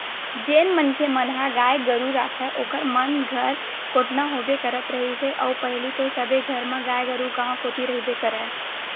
जेन मनखे मन ह गाय गरु राखय ओखर मन घर कोटना होबे करत रिहिस हे अउ पहिली तो सबे घर म गाय गरु गाँव कोती रहिबे करय